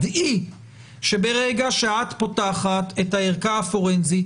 דעי שברגע שאת פותחת את הערכה הפורנזית,